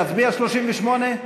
כן,